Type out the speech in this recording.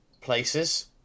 places